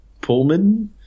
Pullman